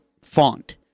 font